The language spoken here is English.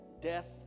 death